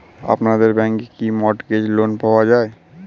আপনাদের ব্যাংকে কি মর্টগেজ লোন পাওয়া যায়?